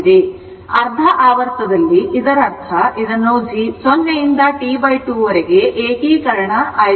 ಆದ್ದರಿಂದ ಅರ್ಧ ಆವರ್ತದಲ್ಲಿ ಆದ್ದರಿಂದ ಇದರರ್ಥ ಇದನ್ನು 0 ಯಿಂದ T 2ವರೆಗೆ ಏಕೀಕರಣ i2 d t ಎಂದು ಬರೆಯಬಹುದು